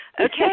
Okay